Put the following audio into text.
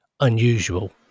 unusual